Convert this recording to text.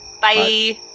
Bye